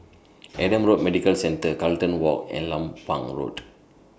Adam Road Medical Centre Carlton Walk and Lompang Road